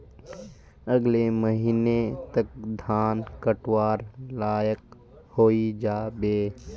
अगले महीने तक धान कटवार लायक हई जा बे